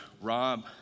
Rob